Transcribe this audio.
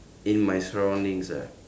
in my surroundings ah